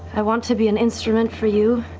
i want to be an instrument for you.